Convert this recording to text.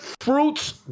fruits